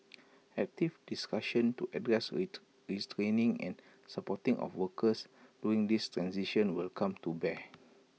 active discussion to address IT re screening and supporting of workers during this transition will come to bear